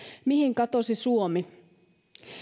mihin katosi suomi